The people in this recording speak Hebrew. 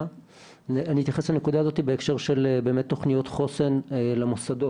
אני אתייחס לנקודה הזאת בהקשר של תוכניות חוסן למוסדות.